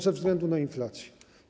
Ze względu na inflację.